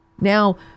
Now